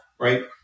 right